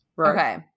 Okay